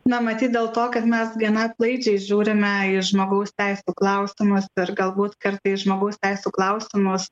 na matyt dėl to kad mes gana atlaidžiai žiūrime į žmogaus teisių klausimus ir galbūt kartais žmogaus teisių klausimus